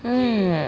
mm